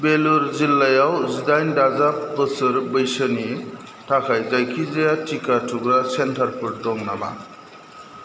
वेलुर जिल्लायाव जिदाइन दाजाब बोसोर बैसोनि थाखाय जायखिजाया टिका थुग्रा सेन्टारफोर दं नामा